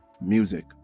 music